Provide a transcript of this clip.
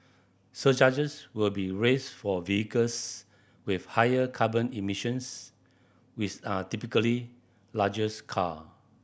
surcharges will be raised for vehicles with higher carbon emissions which are typically larger car